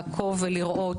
לעקוב ולראות,